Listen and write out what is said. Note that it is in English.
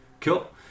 Cool